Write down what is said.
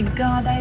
god